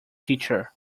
teacher